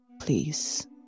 please